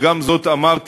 וגם את זאת אמרתי,